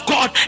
God